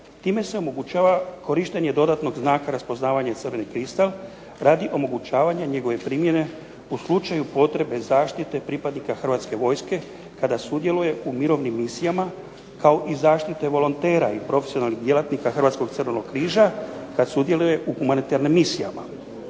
Time se omogućava korištenje dodatnog znaka raspoznavanja crveni kristal radi omogućavanja njegove primjene u slučaju potrebe zaštite pripadnika Hrvatske vojske kada sudjeluje u mirovnim misijama kao i zaštite volontera i profesionalnih djelatnika Hrvatskog crvenog križa kad sudjeluje u humanitarnim misijama.